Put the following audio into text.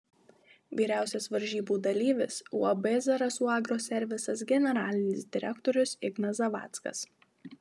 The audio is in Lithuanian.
vyriausias varžybų dalyvis uab zarasų agroservisas generalinis direktorius ignas zavackas